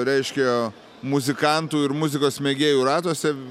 reiškia muzikantų ir muzikos mėgėjų ratuose